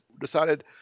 decided